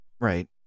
right